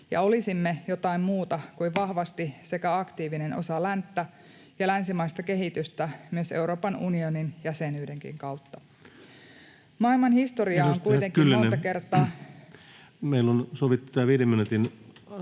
olisimme jotain muuta kuin vahvasti sekä aktiivinen osa länttä että länsimaista kehitystä myös Euroopan unionin jäsenyydenkin kautta. Maailman historia on kuitenkin monta kertaa...